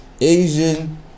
asian